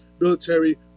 military